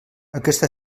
aquesta